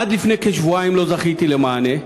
עד לפני כשבועיים לא זכיתי למענה.